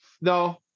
No